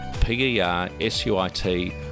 P-E-R-S-U-I-T